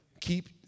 keep